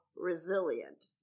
resilient